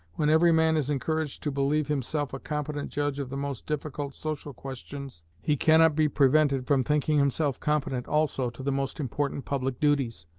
when every man is encouraged to believe himself a competent judge of the most difficult social questions, he cannot be prevented from thinking himself competent also to the most important public duties,